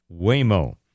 Waymo